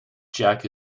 jack